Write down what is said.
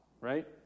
Right